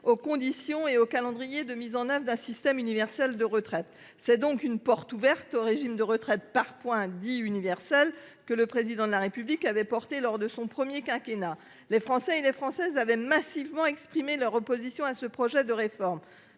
aux conditions et au calendrier de mise en oeuvre d'un système universel de retraite. C'est la porte ouverte au régime de retraite par points, dit « universel », un projet que le Président de la République avait porté lors de son premier quinquennat. Les Français et les Françaises avaient massivement exprimé leur opposition à ce projet de réforme,